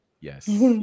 Yes